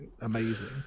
amazing